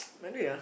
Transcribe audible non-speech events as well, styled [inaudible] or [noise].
[noise] by the way ah